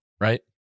right